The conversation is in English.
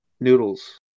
Noodles